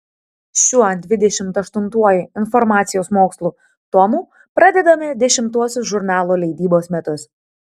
šiuo dvidešimt aštuntuoju informacijos mokslų tomu pradedame dešimtuosius žurnalo leidybos metus